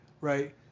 Right